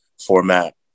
format